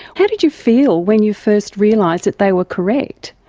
how did you feel when you first realised that they were correct?